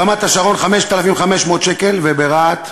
ברמת-השרון, 5,500 שקל, וברהט,